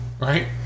Right